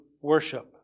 worship